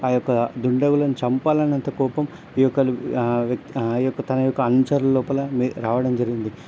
ఆ యొక్క దుండగులను చంపాలన్నంత కోపం ఈ యొక్కలు వ్యక్ ఈ యొక్క తన యొక్క అనుచరుల లోపల మె రావడం జరిగింది